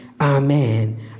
Amen